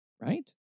right